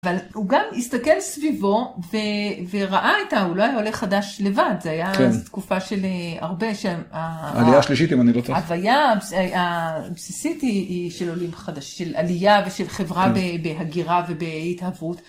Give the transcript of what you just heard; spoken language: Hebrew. אבל הוא גם הסתכל סביבו וראה אותה, הוא לא היה עולה חדש לבד, זו הייתה אז תקופה של הרבה שהם... עלייה שלישית, אם אני לא טועה. הוויה הבסיסית היא של עולים חדש, של עלייה ושל חברה בהגירה ובהתהוות.